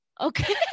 okay